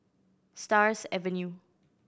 Stars Avenue